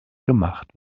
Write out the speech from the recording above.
gemacht